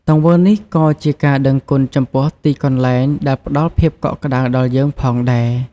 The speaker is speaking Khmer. ទង្វើនេះក៏ជាការដឹងគុណចំពោះទីកន្លែងដែលផ្តល់ភាពកក់ក្តៅដល់យើងផងដែរ។